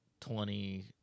Twenty